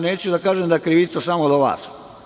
Neću da kažem da je krivica samo do vas.